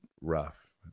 rough